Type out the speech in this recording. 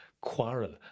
quarrel